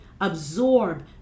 absorb